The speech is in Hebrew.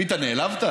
ביטן, נעלבת?